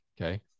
Okay